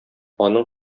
аның